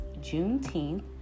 Juneteenth